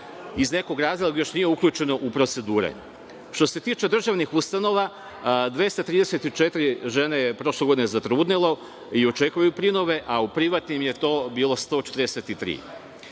iz nekog razloga još nije uključeno u procedure. Što se tiče državnih ustanova, 234 žene je prošle godine zatrudnelo i očekuju prinove, a u privatnim je to bilo 143.